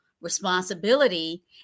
responsibility